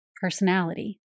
Personality